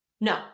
No